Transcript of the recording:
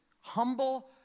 humble